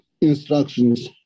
instructions